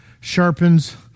sharpens